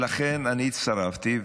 לכן אני הצטרפתי,